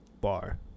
bar